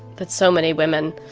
that so many women